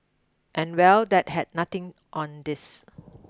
and well that had nothing on this